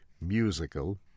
musical